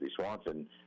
Swanson